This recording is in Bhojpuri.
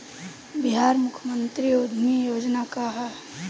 बिहार मुख्यमंत्री उद्यमी योजना का है?